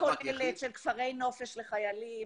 ההתקשרות הכוללת של כפרי נופש לחיילים